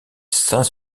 saint